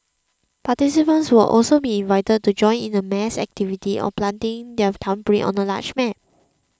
participants will also be invited to join in a mass activity of planting their thumbprint on a large map